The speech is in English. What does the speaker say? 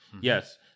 Yes